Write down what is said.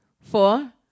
four